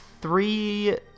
three